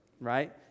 right